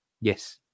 Yes